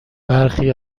برخی